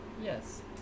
Yes